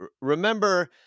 remember